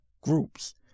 groups